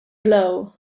blow